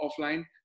offline